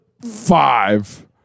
five